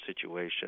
situation